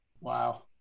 Wow